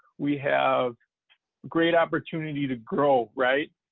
we have great opportunity to grow, right?